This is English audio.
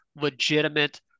legitimate